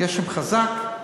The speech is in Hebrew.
גשם חזק.